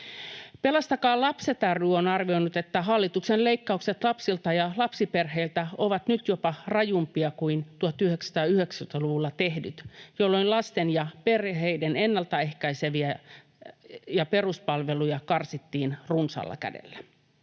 Pelastakaa Lapset ry on arvioinut, että hallituksen leikkaukset lapsilta ja lapsiperheiltä ovat nyt jopa rajumpia kuin 1990-luvulla tehdyt, jolloin lasten ja perheiden ennaltaehkäiseviä palveluja ja peruspalveluja karsittiin runsaalla kädellä,